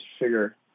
figure